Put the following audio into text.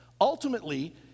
Ultimately